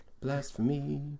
Blasphemy